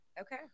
Okay